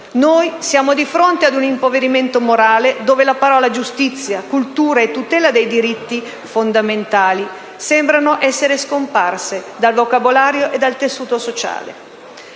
noi siamo di fronte ad un impoverimento morale, dove le parole giustizia, cultura e tutela dei diritti fondamentali sembrano essere scomparse dal vocabolario e dal tessuto sociale.